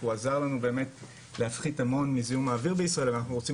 הוא עזר לנו באמת להפחית המון מזיהום האויר בישראל אבל אנחנו רוצים